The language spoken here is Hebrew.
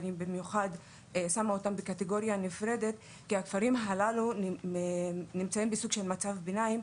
אני שמה אותם בקטגוריה נפרדת כי הכפרים הללו נמצאים במצב ביניים.